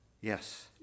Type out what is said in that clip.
Yes